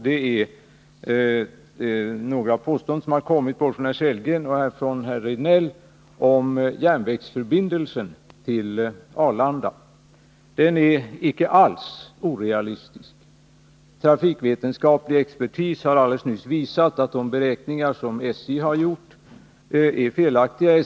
Det gäller några påståenden som kommit både från Rolf Sellgren och från Eric Rejdnell om järnvägsförbindelsen till Arlanda. Den är icke alls orealistisk. Trafikvetenskaplig expertis har nyligen visat att de beräkningar SJ har gjort är felaktiga.